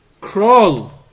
crawl